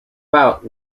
bout